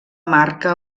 marca